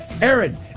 Aaron